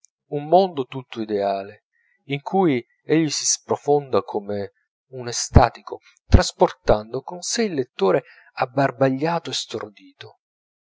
un mondo tutto ideale in cui egli si sprofonda come un estatico trasportando con sè il lettore abbarbagliato e stordito